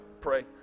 pray